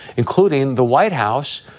including the white house,